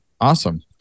awesome